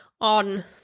on